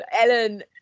Ellen